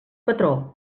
patró